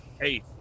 Hey